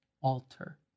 alter